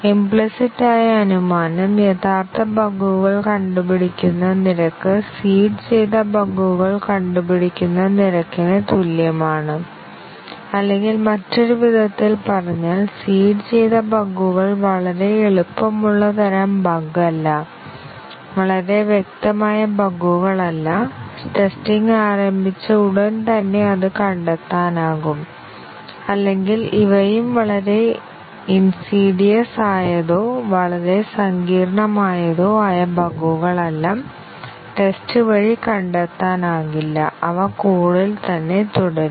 implicit ആയ അനുമാനം യഥാർത്ഥ ബഗുകൾ കണ്ടുപിടിക്കുന്ന നിരക്ക് സീഡ് ചെയ്ത ബഗുകൾ കണ്ടുപിടിക്കുന്ന നിരക്കിന് തുല്യമാണ് അല്ലെങ്കിൽ മറ്റൊരു വിധത്തിൽ പറഞ്ഞാൽ സീഡ് ചെയ്ത ബഗുകൾ വളരെ എളുപ്പമുള്ള തരം ബഗ് അല്ല വളരെ വ്യക്തമായ ബഗുകൾ അല്ല ടെസ്റ്റിംഗ് ആരംഭിച്ച ഉടൻ തന്നെ അത് കണ്ടെത്താനാകും അല്ലെങ്കിൽ ഇവയും വളരെ ഇൻസീഡിയസ് ആയതോ വളരെ സങ്കീർണ്ണമായതോ ആയ ബഗുകളല്ല ടെസ്റ്റ് വഴി കണ്ടെത്താനാകില്ല അവ കോഡിൽ തന്നെ തുടരും